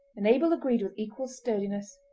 and abel agreed with equal sturdiness.